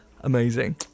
Amazing